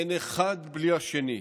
אין אחד בלי השני.